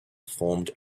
formed